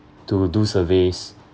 to do surveys